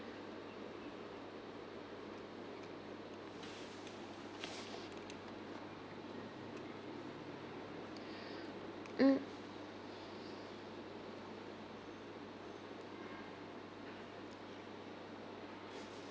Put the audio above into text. mm